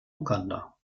uganda